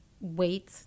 wait